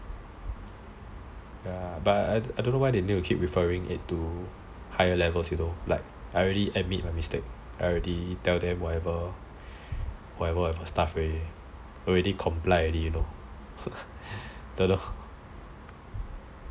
but I don't know why they keep need to keep referring it to higher levels you know I already admit my mistake I already tell them whatever stuff already already complied already you know